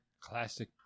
Classic